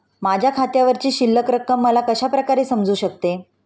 माझ्या खात्यावरची शिल्लक रक्कम मला कशा प्रकारे समजू शकते?